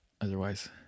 Otherwise